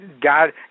God